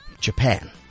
Japan